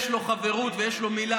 יש לו חברות ויש לו מילה,